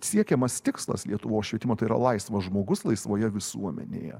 siekiamas tikslas lietuvos švietimo tai yra laisvas žmogus laisvoje visuomenėje